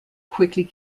quickly